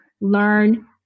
learn